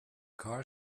car